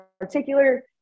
particular